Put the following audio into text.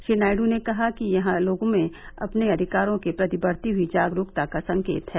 श्री नायरू ने कहा कि यह लोगों में अपने अधिकारों के प्रतिबढ़ती हुई जागरूकता का संकेत है